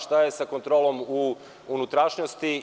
Šta je sa kontrolom u unutrašnjosti?